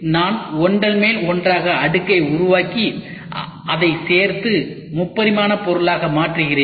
நான் ஒன்றன் மேல் ஒன்றாக அடுக்கை உருவாக்கி அதை சேர்த்து முப்பரிமாண பொருளாக மாற்றுகிறேன்